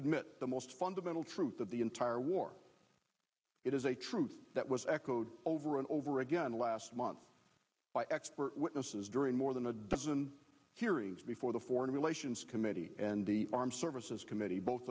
admit the most fundamental truth of the entire war it is a truth that was echoed over and over again last month by expert witnesses during more than a dozen hearings before the foreign relations committee and the armed services committee both